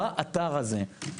באתר הזה.